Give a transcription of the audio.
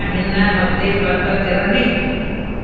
छा हिन हफ़्ते बर्फ़ किरंदी